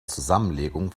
zusammenlegung